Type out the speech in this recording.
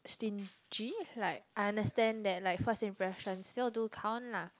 stingy like I understand that like first impression still do count lah